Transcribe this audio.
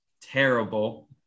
terrible